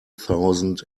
thousand